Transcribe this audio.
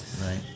right